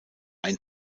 ein